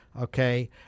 okay